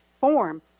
form